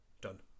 Done